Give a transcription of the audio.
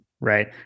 right